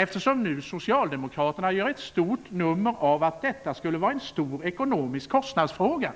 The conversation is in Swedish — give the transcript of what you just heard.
Eftersom Socialdemokraterna nu gör ett stort nummer av att detta skulle vara en stor ekonomisk kostnadsfråga,